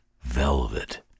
velvet